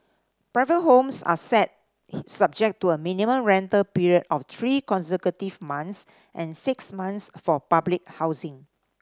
private homes are set subject to a minimum rental period of three consecutive months and six months for public housing